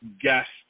guest